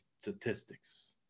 statistics